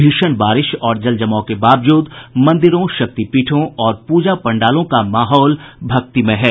भीषण बारिश और जल जमाव के बावजूद मंदिरों शक्ति पीठों और पूजा पंडालों का माहौल भक्तिमय है